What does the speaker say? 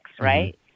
right